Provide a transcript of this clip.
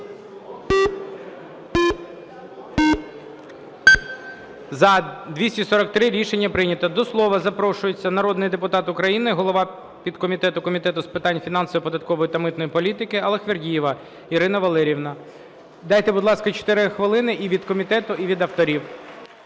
За-243 Рішення прийнято. До слово запрошується народний депутат України, голова підкомітету Комітету з питань фінансової, податкової та митної політики Аллахвердієва Ірина Валеріївна. Дайте, будь ласка, 4 хвилини і від комітету, і від авторів.